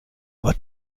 aber